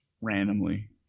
randomly